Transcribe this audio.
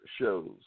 shows